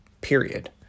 period